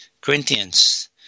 Corinthians